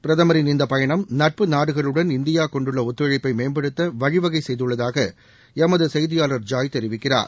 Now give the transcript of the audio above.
பிரதமின் இந்தப் பயணம் நட்பு நாடுகளுடன் இந்தியா கொண்டுள்ள ஒத்துழைப்பை மேம்படுத்த வழிவகை செய்துள்ளதாக எமது செய்தியாளர் ஜாய் தெரிவிக்கிறார்